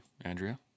Andrea